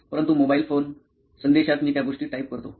परंतु mobile phone संदेशात मी त्या गोष्टी टाइप करतो